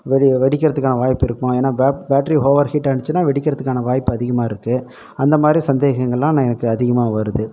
வெடிவெடிக்கிறதுக்கான வாய்ப்பு இருக்கலாம் ஏன்னால் பேட் பேட்ரி ஓவர் ஹீட் ஆணுச்சின்னால் வெடிக்கிறதுக்கான வாய்ப்பு அதிகமாக இருக்குது அந்தமாதிரி சந்தேகங்கள்லாம் எனக்கு அதிகமாக வருது